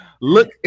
Look